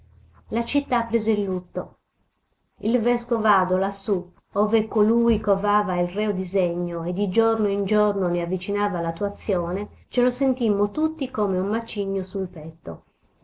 la città prese il lutto il vescovado lassù ove colui covava il reo disegno e di giorno in giorno ne avvicinava l'attuazione ce lo sentimmo tutti come un macigno sul petto